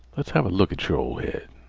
let's have look at yer ol' head.